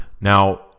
Now